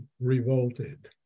revolted